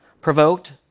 provoked